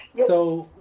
so,